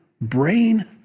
brain